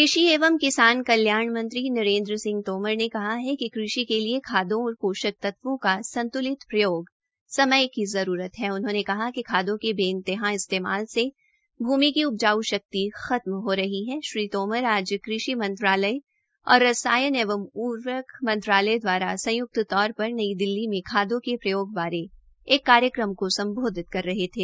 कृषि एवं किसान कल्याण मंत्री नरेन्द्र तोमर ने कहा हा कि कृषि के लिए खादों और पोषक तत्वों का संत्लित प्रयोग समय की जरूरत हण उन्होंने कहा कि खादों के बे इन्तेहा इस्तेमाल से भूमि की उपजाऊ शकित खत्म हो रही हण श्री तोमर ने आज कृषि मंत्रालय रसायन एवं उर्वरक मंत्रालय दवारा संय्क्त तौर पर नई दिल्ली में खादों के प्रयोग बारे एक कार्यक्रम को सम्बोधित कर रहे थे